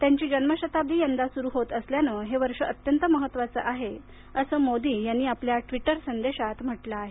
त्यांच्या जन्मशताब्दी यंदा सुरू होत असल्यानं हे वर्ष अत्यंत महत्त्वाचे आहे असं मोदी यांनी आपल्या ट्विटर संदेशात म्हटलं आहे